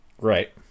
right